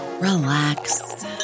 relax